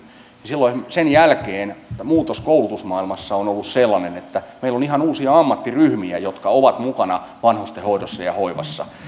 niin sen jälkeen muutos koulutusmaailmassa on ollut sellainen että meillä on ihan uusia ammattiryhmiä jotka ovat mukana vanhustenhoidossa ja hoivassa